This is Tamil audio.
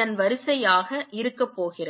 இன் வரிசையாக இருக்கப் போகிறது